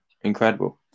incredible